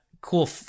cool